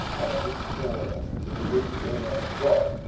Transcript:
of the spoil which they had brought,